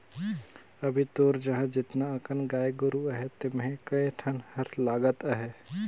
अभी तोर जघा जेतना अकन गाय गोरु अहे तेम्हे कए ठन हर लगत अहे